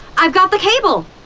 i've got the cable!